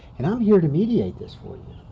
and i'm here to mediate this for you.